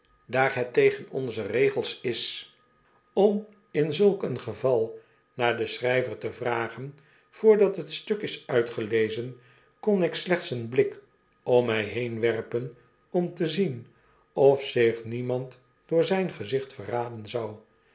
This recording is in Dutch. daar het tegen onze regels is om in zulk een geval naar den schryverte vragen voordat het stuk is uitgelezen kon ik slechts een blik om my heen werpen om te zien of zich demand door zyn gezicht verraden zou